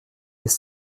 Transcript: les